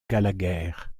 gallagher